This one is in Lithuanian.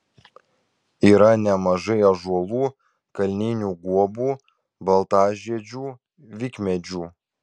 yra nemažai ąžuolų kalninių guobų baltažiedžių vikmedžių